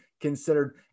considered